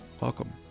Welcome